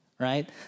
right